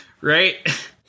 right